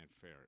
fair